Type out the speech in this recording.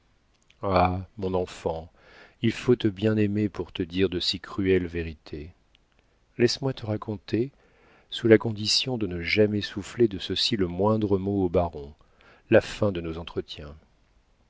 ah mon enfant il faut te bien aimer pour te dire de si cruelles vérités laisse-moi te raconter sous la condition de ne jamais souffler de ceci le moindre mot au baron la fin d'un de nos entretiens